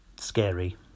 scary